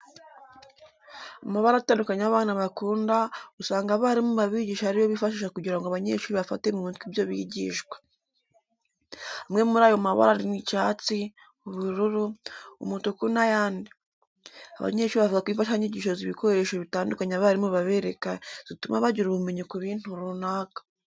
Amabara atandukanye abana bakunda usanga abarimu babigisha ari yo bifashisha kugira ngo abanyeshuri bafate mu mutwe ibyo bigishwa. Amwe muri ayo mabara ni icyatsi , ubururu, umutuku n'ayandi. Abanyeshuri bavuga ko imfashanyigisho z'ibikoresho bitandukanye abarimu babereka, zituma bagira ubumenyi ku bintu runaka.